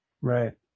Right